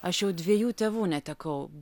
aš jau dviejų tėvų netekau